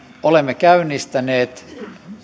olemme käynnistäneet